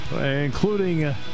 Including